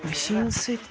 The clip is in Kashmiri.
مِشیٖنہِ سۭتۍ